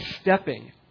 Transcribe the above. stepping